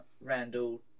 Randall